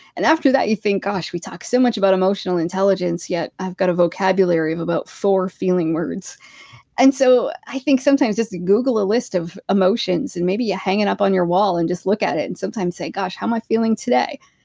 and after that, you think, gosh, we talk so much about emotional intelligence, yet i've got a vocabulary of about four feeling words and so, i think sometimes just to google a list of emotions and maybe you ah hang it up on your wall and just look at it and sometimes say, gosh, how am i feeling today?